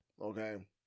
Okay